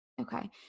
Okay